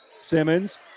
Simmons